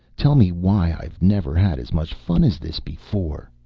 tell me why i've never had as much fun as this before!